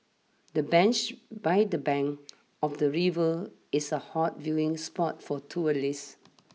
the bench by the bank of the river is a hot viewing spot for tourists